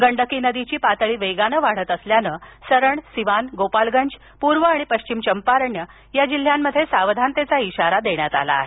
गंडकी नदीची पातळी वेगानं वाढत असल्यानं सरण सिवान गोपालगंज पूर्व आणि पश्चिम चंपारण या जिल्ह्यांमध्ये सावधानतेचा इशारा देण्यात आला आहे